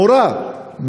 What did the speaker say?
מורה,